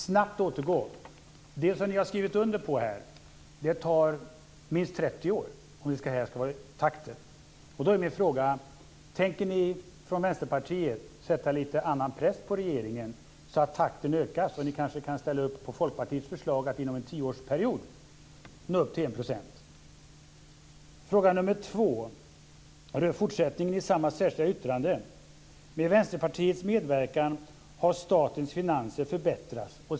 "Snabbt återgå" - det som ni har skrivit under på tar minst 30 år om detta ska vara takten. Då är min fråga: Tänker ni från Vänsterpartiet sätta lite annan press på regeringen så att takten ökar? Ni kanske kan ställa upp på Folkpartiets förslag att inom en tioårsperiod nå upp till 1 %? Fråga nummer två rör fortsättningen i samma särskilda yttrande: "Med Vänsterpartiets medverkan har staten finanser förbättrats".